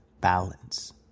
balance